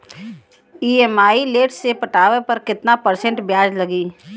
EMI late से पटावे पर कितना परसेंट ब्याज लगी?